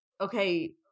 okay